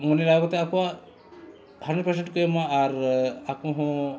ᱢᱚᱱᱮ ᱞᱟᱜᱟᱣ ᱠᱟᱛᱮᱫ ᱟᱠᱚᱣᱟᱜ ᱦᱟᱱᱰᱨᱮᱰ ᱯᱟᱨᱥᱮᱱᱴ ᱠᱚ ᱮᱢᱟ ᱟᱨ ᱟᱠᱚ ᱦᱚᱸ